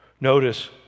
Notice